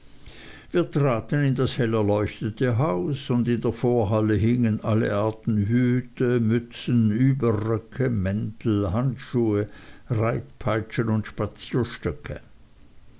wir traten in das hell erleuchtete haus und in der vorhalle hingen alle arten hüte mützen überröcke mäntel handschuhe reitpeitschen und spazierstöcke